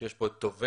שנמצאים כאן טובי